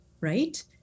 right